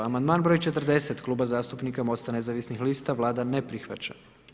Amandman broj 40 Kluba zastupnika Mosta nezavisnih lista, Vlada ne prihvaća.